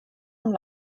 amb